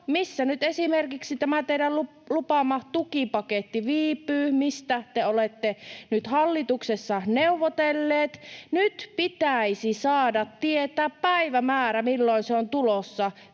missä nyt esimerkiksi tämä teidän lupaamanne tukipaketti viipyy, mistä te olette nyt hallituksessa neuvotelleet? Nyt pitäisi saada tietää päivämäärä, milloin se on tulossa.